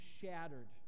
shattered